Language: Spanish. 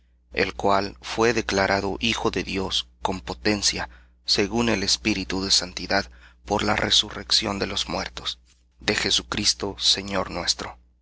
el cual fué declarado hijo de dios con potencia según el espíritu de santidad por la resurrección de los muertos de jesucristo señor nuestro